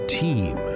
team